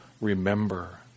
remember